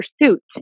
pursuit